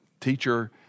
teacher